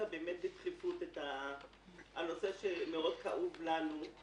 בדחיפות ישיבה בנושא שכאוב לנו מאוד.